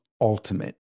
ultimate